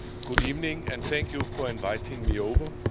good evening, and thank you for inviting me over.